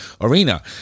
arena